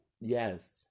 yes